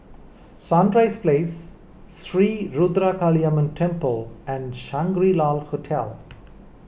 Sunrise Place Sri Ruthra Kaliamman Temple and Shangri La Hotel